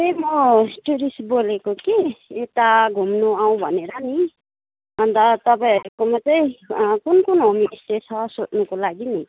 ए म टुरिस्ट बोलेको कि यता घुम्नु आउँ भनेर नि अन्त तपाईँहरूकोमा चाहिँ कुन कुन होमस्टे छ सोध्नुको लागि नि